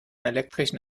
elektrischen